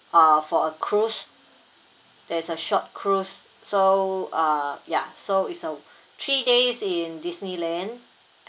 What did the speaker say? uh for a cruise there is a short cruise so uh ya so is a three days in disneyland